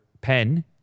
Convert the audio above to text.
pen